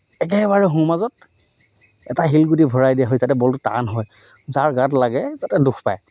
একেবাৰে সোঁমাজত এটা শিলগুটি ভৰাই দিয়া হয় যাতে বলটো টান হয় যাৰ গাত লাগে যাতে দুখ পায়